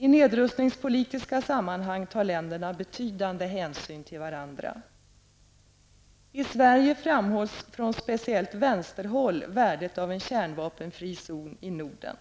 I nedrustningspolitiska sammanhang tar länderna betydande hänsyn till varandra. I Sverige framhålls speciellt från vänsterhåll, värdet av en kärnvapenfri zon i Norden.